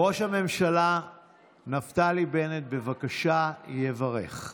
ראש הממשלה נפתלי בנט, בבקשה, יברך.